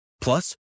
Plus